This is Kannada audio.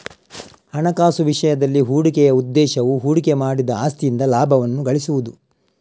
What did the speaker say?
ಹಣಕಾಸು ವಿಷಯದಲ್ಲಿ, ಹೂಡಿಕೆಯ ಉದ್ದೇಶವು ಹೂಡಿಕೆ ಮಾಡಿದ ಆಸ್ತಿಯಿಂದ ಲಾಭವನ್ನು ಗಳಿಸುವುದು